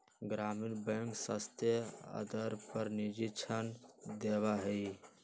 ग्रामीण बैंक सस्ते आदर पर निजी ऋण देवा हई